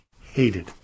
hated